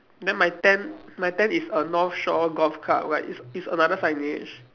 then my tent my tent is a north shore golf club right is is another signage